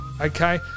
okay